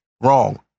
Wrong